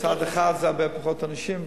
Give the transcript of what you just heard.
מצד אחד זה הרבה פחות אנשים,